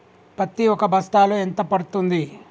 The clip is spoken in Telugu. పత్తి ఒక బస్తాలో ఎంత పడ్తుంది?